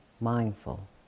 mindful